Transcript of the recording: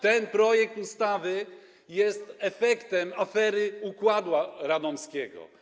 Ten projekt ustawy jest efektem afery układu radomskiego.